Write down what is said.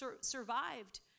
survived